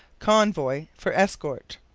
convoy for escort.